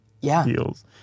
deals